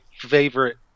favorite